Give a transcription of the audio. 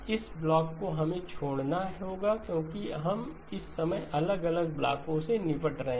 इस ब्लॉक को हमें छोड़ना होगा क्योंकि हम समय अलग अलग ब्लॉकों से निपट रहे हैं